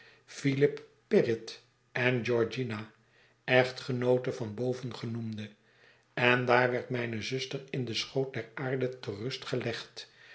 pirrit en georgina echtgenoote van bovengenoemden en daar werd mijne zuster in den schoot der aarde te rust